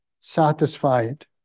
satisfied